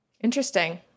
Interesting